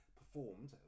performed